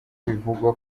bivugwa